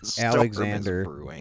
Alexander